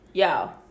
y'all